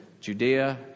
Judea